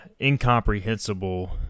incomprehensible